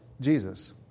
Jesus